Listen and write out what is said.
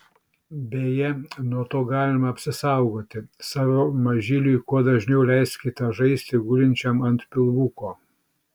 beje nuo to galima apsisaugoti savo mažyliui kuo dažniau leiskite žaisti gulinčiam ant pilvuko